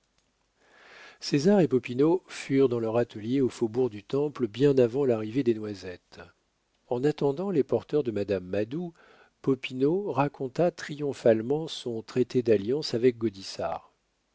céleste césar et popinot furent dans leur atelier au faubourg du temple bien avant l'arrivée des noisettes en attendant les porteurs de madame madou popinot raconta triomphalement son traité d'alliance avec